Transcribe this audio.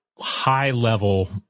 high-level